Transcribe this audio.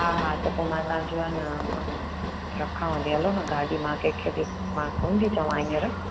हा हा त पोइ मां तव्हां चयो आहे न कोन्हे रखांव थी हलो न गाॾी मां कंहिंखे बि मां कोन थी चवां हींअर